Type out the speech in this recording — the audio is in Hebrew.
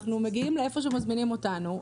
אנחנו מגיעים לאיפה שמזמינים אותנו.